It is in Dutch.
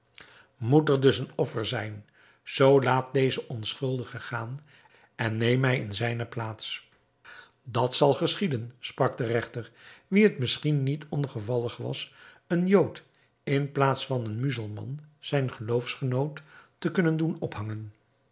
moet er dus een offer zijn zoo laat dezen onschuldige gaan en neem mij in zijne plaats dat zal geschieden sprak de regter wien het misschien niet ongevallig was een jood in plaats van een muzelman zijn geloofsgenoot te kunnen doen ophangen